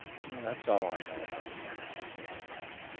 that's all i know about the murder, he said at last,